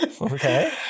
Okay